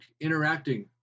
interacting